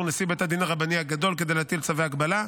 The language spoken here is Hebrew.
נשיא בית הדין הרבני הגדול כדי להטיל צווי הגבלה.